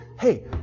Hey